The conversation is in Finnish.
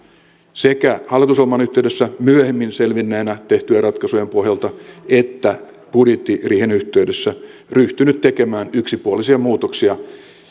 sekä hallitusohjelman yhteydessä myöhemmin selvinneenä tehtyjen ratkaisujen pohjalta että budjettiriihen yhteydessä ryhtynyt tekemään yksipuolisia muutoksia